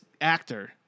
actor